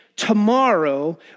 Tomorrow